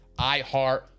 iHeart